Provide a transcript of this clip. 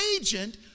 agent